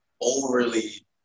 overly